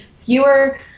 fewer